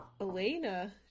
Elena